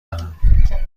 دارم